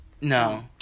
no